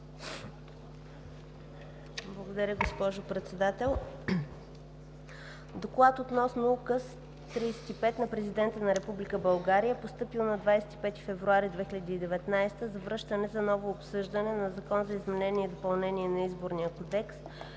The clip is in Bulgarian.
Благодаря, госпожо Председател. „ДОКЛАД относно Указ № 35 на Президента на Република България, постъпил на 25 февруари 2019 г., за връщане за ново обсъждане на Закона за изменение и допълнение на Изборния кодекс,